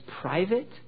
private